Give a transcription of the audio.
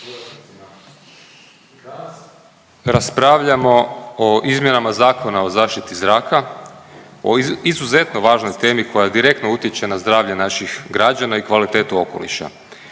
raspravljamo o izmjenama Zakona o zaštiti zraka, o izuzetno važnoj temi koja direktno utječe na zdravlje naših građana i kvalitetu okoliša.